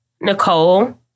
Nicole